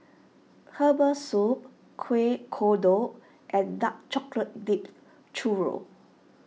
Herbal Soup Kuih Kodok and Dark Chocolate Dipped Churro